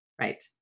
Right